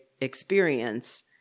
experience